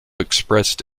expressed